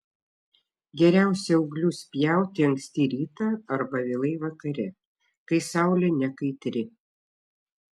geriausia ūglius pjauti anksti rytą arba vėlai vakare kai saulė nekaitri